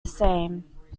same